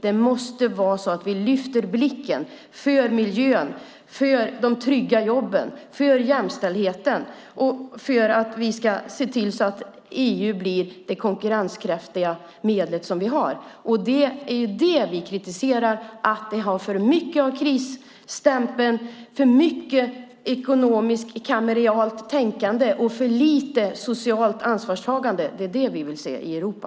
Vi måste lyfta blicken för miljön, för de trygga jobben, för jämställdheten och för att se till att EU blir det konkurrenskraftiga medel som vi har. Vi kritiserar att det har för mycket av krisstämpel, för mycket ekonomiskt, kameralt tänkande och för lite socialt ansvarstagande. Det är det vi vill se i Europa.